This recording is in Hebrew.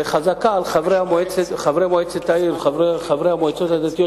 וחזקה על חברי מועצת העיר וחברי המועצות הדתיות